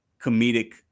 comedic